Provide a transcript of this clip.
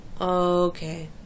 Okay